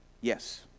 yes